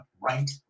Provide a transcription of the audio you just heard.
right